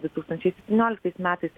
du tūkstančiai septynioliktais metais